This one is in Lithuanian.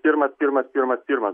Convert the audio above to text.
pirmas pirmas pirmas pirma